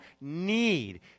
need